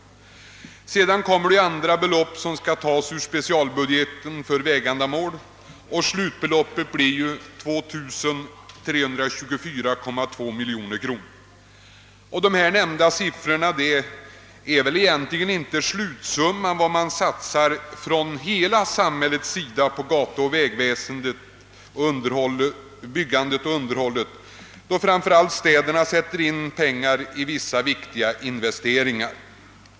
Därtill kom mer de belopp som skall tas ur specialbudgeten för vägändamål, varför slutbeloppet blir 2 324,2 miljoner kronor. De nämnda siffrorna återspeglar väl egentligen inte vad som investeras av hela samhället på gatuoch vägväsende samt byggande och underhåll, då ju framför allt städerna satsar pengar på dessa viktiga investeringar.